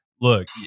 look